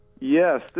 Yes